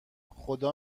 خدا